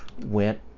went